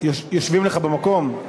יושבים לי במקום.